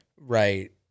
Right